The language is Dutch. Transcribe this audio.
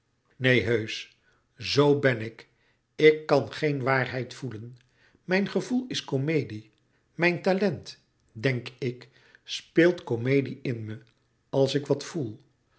neen heusch zoo ben ik ik kan geen waarheid voelen mijn gevoel is comedie mijn talent denk ik speelt comedie in me als ik wat voel